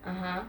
(uh huh)